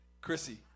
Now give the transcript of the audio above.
Chrissy